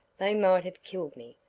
they might have killed me,